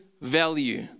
value